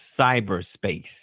cyberspace